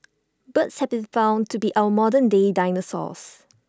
birds have been found to be our modern day dinosaurs